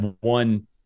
one